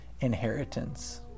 inheritance